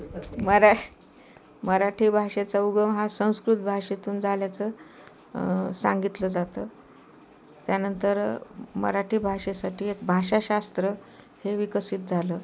मरा मराठी भाषेचा उगम हा संस्कृत भाषेतून जाल्याचं सांगितलं जातं त्यानंतर मराठी भाषेसाठी एक भाषाशास्त्र हे विकसित झालं